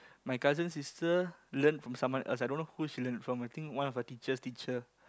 my cousin sister learn from someone else I don't know who she learn from I think one of her teacher teach her